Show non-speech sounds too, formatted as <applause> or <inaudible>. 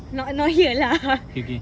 not not here lah <laughs>